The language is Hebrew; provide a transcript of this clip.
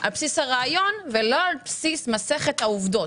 על בסיס הרעיון ולא על בסיס מסכת העובדות.